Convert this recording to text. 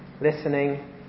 listening